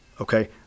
okay